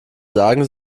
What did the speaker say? sagen